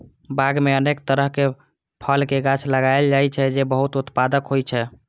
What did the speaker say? बाग मे अनेक तरहक फलक गाछ लगाएल जाइ छै, जे बहुत उत्पादक होइ छै